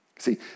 See